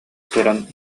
туран